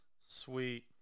Sweet